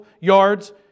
yards